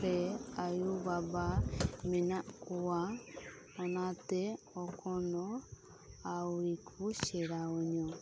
ᱨᱮ ᱟᱭᱳ ᱵᱟᱵᱟ ᱢᱮᱱᱟᱜ ᱠᱚᱣᱟ ᱚᱱᱟᱛᱮ ᱮᱠᱷᱚᱱᱚ ᱟᱣᱨᱤ ᱠᱚ ᱥᱮᱬᱟ ᱟᱹᱧᱟᱹ